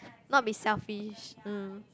not be selfish mm